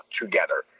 together